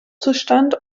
zustand